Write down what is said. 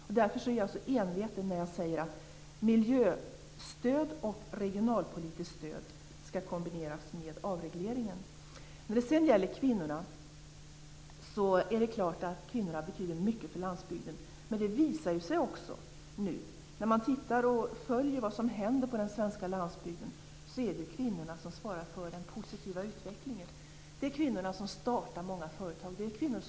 Det är därför som jag så envetet säger att miljöstöd och regionalpolitiskt stöd skall kombineras med avregleringen. Det är klart att kvinnorna betyder mycket för landsbygden. När man följer vad som händer på den svenska landsbygden är det kvinnorna som svarar för den positiva utvecklingen. Det är kvinnor som startar många företag och nätverk.